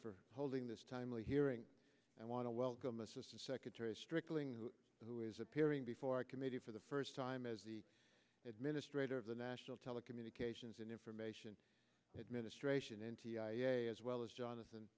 for holding this timely hearing i want to welcome assistant secretary strictly who is appearing before a committee for the first time as the administrator of the national telecommunications and information administration n t i a as well as jonathan